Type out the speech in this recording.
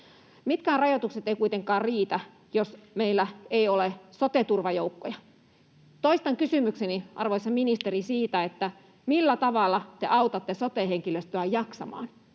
Mitkään rajoitukset eivät kuitenkaan riitä, jos meillä ei ole sote-turvajoukkoja. Toistan kysymykseni, arvoisa ministeri, siitä, millä tavalla te autatte sote-henkilöstöä jaksamaan.